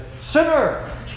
Sinner